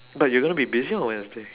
but you're gonna be busy on wednesday